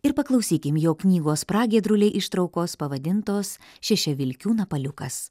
ir paklausykim jo knygos pragiedruliai ištraukos pavadintos šeševilkių napaliukas